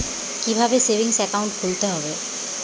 কীভাবে savings account খুলতে হবে?